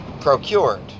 procured